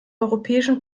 europäischen